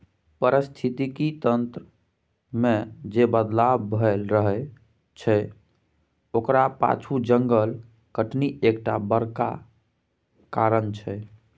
पारिस्थितिकी तंत्र मे जे बदलाव भए रहल छै ओकरा पाछु जंगल कटनी एकटा बड़का कारण छै